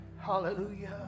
Hallelujah